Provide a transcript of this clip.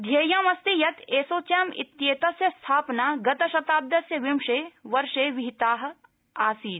ध्येयमस्ति यत् एसोचप्रइत्येतस्य स्थापना गतशताब्दस्य विशे वर्षे विहिता आसीत्